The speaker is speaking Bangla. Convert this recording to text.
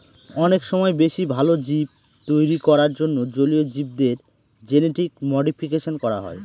অনেক সময় বেশি ভালো জীব তৈরী করার জন্য জলীয় জীবদের জেনেটিক মডিফিকেশন করা হয়